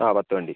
ആ പത്ത് വണ്ടി